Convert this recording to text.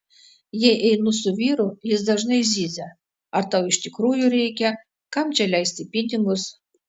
jei einu su vyru jis dažnai zyzia ar tau iš tikrųjų reikia kam čia leisti pinigus